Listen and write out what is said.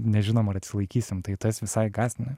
nežinom ar atsilaikysim tai tas visai gąsdina